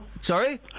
Sorry